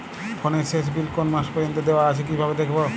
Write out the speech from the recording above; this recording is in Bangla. ফোনের শেষ বিল কোন মাস পর্যন্ত দেওয়া আছে দেখবো কিভাবে?